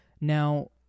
Now